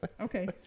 Okay